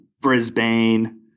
Brisbane